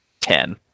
ten